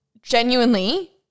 genuinely